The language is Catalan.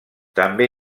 també